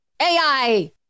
AI